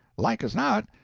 like as not.